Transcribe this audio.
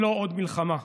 לא עוד מלחמה.